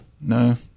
No